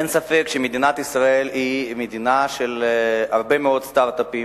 אין ספק שמדינת ישראל היא מדינה של הרבה מאוד סטארט-אפים,